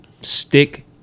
stick